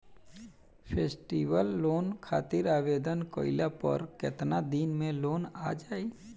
Festival loan खातिर आवेदन कईला पर केतना दिन मे लोन आ जाई?